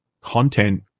content